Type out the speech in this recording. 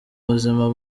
buzima